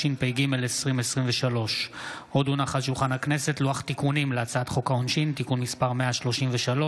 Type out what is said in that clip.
התשפ"ג 2023. לוח תיקונים להצעת חוק העונשין (תיקון מס' 133,